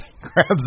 grabs